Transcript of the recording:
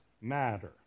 matter